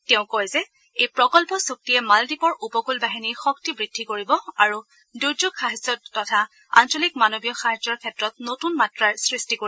তেওঁ কয় যে এই প্ৰকল্প চুক্তিয়ে মালদ্বীপৰ উপকল বাহিনীৰ শক্তি বৃদ্ধি কৰিব আৰু দূৰ্যোগ সাহায্য তথা আঞ্চলিক মানৱীয় সাহায্যৰ ক্ষেত্ৰত নতুন মাত্ৰাৰ সৃষ্টি কৰিব